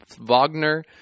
Wagner